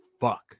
fuck